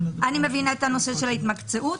אני מבינה את הנושא של ההתמקצעות.